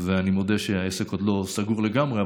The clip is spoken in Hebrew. אני מודה שהעסק עוד לא סגור לגמרי,